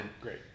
Great